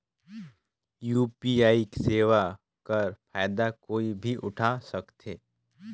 UPI सेवा कर फायदा कोई भी उठा सकथे?